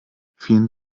vielen